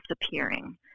disappearing